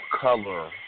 color